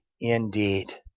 indeed